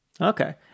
Okay